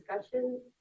discussion